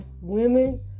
Women